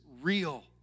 real